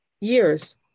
years